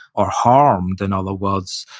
or harmed, in other words,